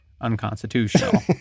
unconstitutional